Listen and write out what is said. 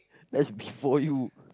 that's before you